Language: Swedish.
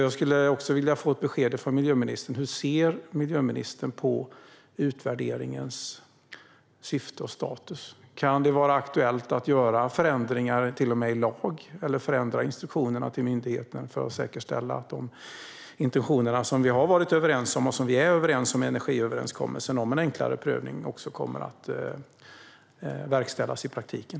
Jag skulle vilja få ett besked från miljöministern. Hur ser miljöministern på utvärderingens syfte och status? Kan det vara aktuellt att göra förändringar till och med i lag eller förändra instruktionerna till myndigheten för att säkerställa att de intentioner som vi har varit och är överens om i energiöverenskommelsen om en enklare prövning också kommer att verkställas i praktiken?